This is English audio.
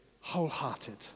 wholehearted